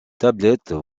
tablettes